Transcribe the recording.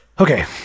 okay